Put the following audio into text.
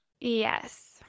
Yes